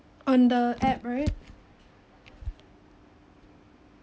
on the app right